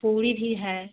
पुरी भी है